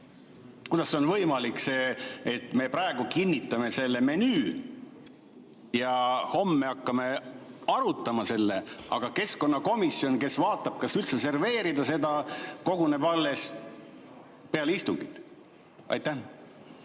Kuidas on võimalik, et me praegu kinnitame selle menüü ja homme hakkame seda arutama, aga keskkonnakomisjon, kes vaatab, kas üldse seda serveerida, koguneb alles peale istungit?